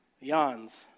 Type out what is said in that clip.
Yawns